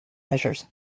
measures